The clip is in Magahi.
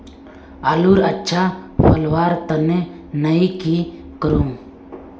आलूर अच्छा फलवार तने नई की करूम?